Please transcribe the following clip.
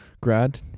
grad